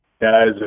guys